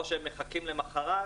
או שמחכים למחרת,